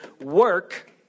work